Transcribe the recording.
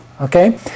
Okay